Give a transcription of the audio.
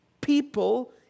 people